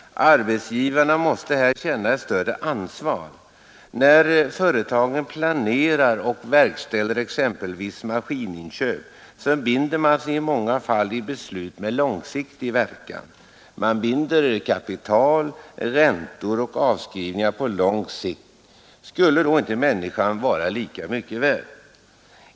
Arbetsgivarna måste känna ett större ansvar. När företagen planerar och verkställer exempelvis maskininköp binder de sig i många fall i beslut med långsiktig verkan. Man binder kapital, räntor och avskrivningar på lång sikt. Skulle människan inte vara lika mycket värd?